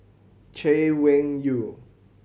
Chay Weng Yew